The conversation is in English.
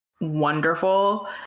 wonderful